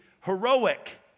heroic